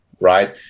right